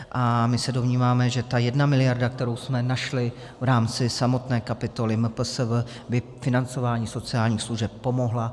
A my se domníváme, že ta 1 mld., kterou jsme našli v rámci samotné kapitoly MPSV, by financování sociálních služeb pomohla.